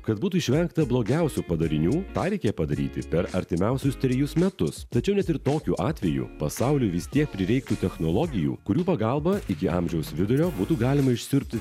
kad būtų išvengta blogiausių padarinių tą reikia padaryti per artimiausius trejus metus tačiau net ir tokiu atveju pasauliui vis tiek prireiktų technologijų kurių pagalba iki amžiaus vidurio būtų galima išsiurbti